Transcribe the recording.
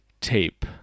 tape